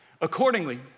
Accordingly